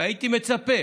והייתי מצפה